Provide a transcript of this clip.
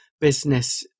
business